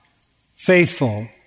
faithful